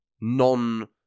non